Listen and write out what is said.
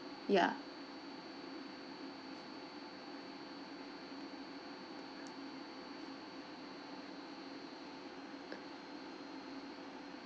ya